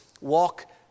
walk